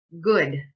Good